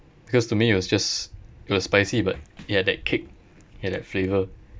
because to me it was just it was spicy but it had that kick it had that flavor